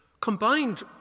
combined